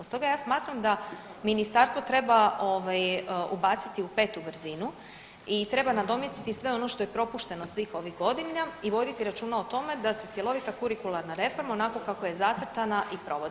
Stoga ja smatram da ministarstvo treba ubaciti u 5. brzinu i treba nadomjestiti sve ono što je propušteno svih ovih godina i voditi računa o tome da se cjelovita kurikularna reforma, onako kako je zacrtana i provodi.